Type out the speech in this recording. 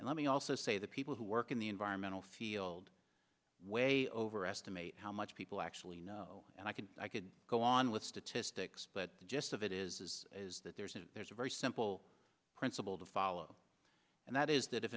and let me also say the people who work in the environmental field way over estimate how much people actually know and i can i could go on with statistics but the gist of it is is that there's a it's a very simple principle to follow and that is that if